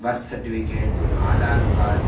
वर्त् certificate Aadhaar card